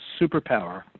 superpower